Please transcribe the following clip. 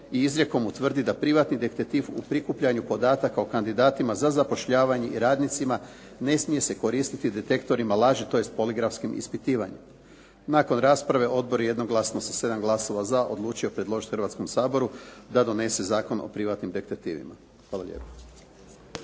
izrijekom utvrdi da privatni detektiv u prikupljanju podataka o kandidatima za zapošljavanje i radnicima ne smije se koristiti detektorima laži tj. poligrafskim ispitivanjem. Nakon rasprave odbor je jednoglasno sa sedam glasova za odlučio predložiti Hrvatskom saboru da donese Zakon o privatnim detektivima. Hvala lijepo.